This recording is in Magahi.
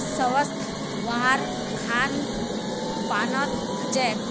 स्वास्थ वहार खान पानत छेक